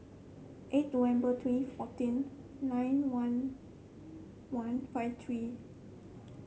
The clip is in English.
eight November twenty fourteen nine one one five three